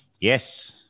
Yes